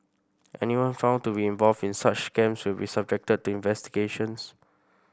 anyone found to be involved in such scams will be subjected to investigations